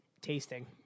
tasting